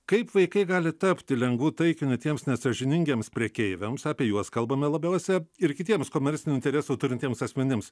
kaip vaikai gali tapti lengvu taikiniu tiems nesąžiningiems prekeiviams apie juos kalbame labiausia ir kitiems komercinių interesų turintiems asmenims